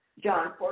John